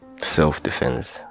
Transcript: self-defense